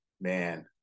man